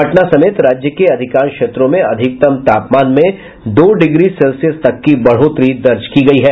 पटना समेत राज्य के अधिकांश क्षेत्रों में अधिकतम तापमान में दो डिग्री सेल्सियस तक की बढ़ोतरी दर्ज की गयी है